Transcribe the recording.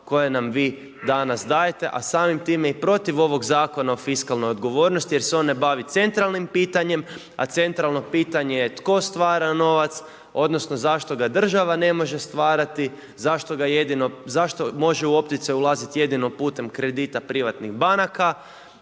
koje nam vi danas dajete a samim time i protiv ovog Zakona o fiskalnoj odgovornosti jer se on ne bavi centralnim pitanjem a centralno pitanje je tko stvara novac odnosno zašto ga država ne može stvarati, zašto može u opticaj ulaziti jedino putem kredita privatnih banaka,